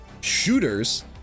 shooters